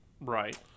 Right